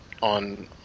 on